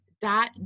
dot